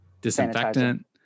disinfectant